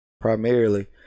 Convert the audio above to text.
primarily